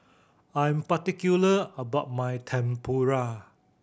I'm particular about my Tempura